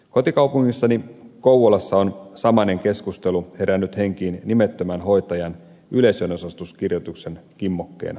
kotikaupungissani kouvolassa on samainen keskustelu herännyt henkiin nimettömän hoitajan yleisönosastokirjoituksen kimmokkeena